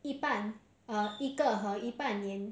一半 uh 一个和一半年